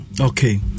Okay